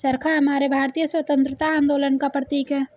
चरखा हमारे भारतीय स्वतंत्रता आंदोलन का प्रतीक है